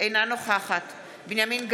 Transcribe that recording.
אינה נוכחת בנימין גנץ,